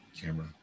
camera